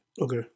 Okay